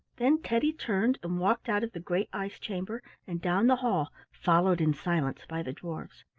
then teddy turned and walked out of the great ice-chamber and down the hall, followed in silence by the dwarfs.